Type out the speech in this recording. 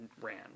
ran